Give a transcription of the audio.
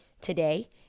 today